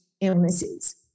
illnesses